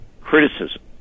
criticism